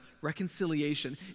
reconciliation